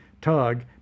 Tug